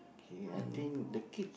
K I think the kid